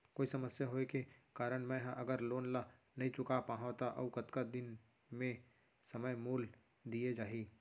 कोई समस्या होये के कारण मैं हा अगर लोन ला नही चुका पाहव त अऊ कतका दिन में समय मोल दीये जाही?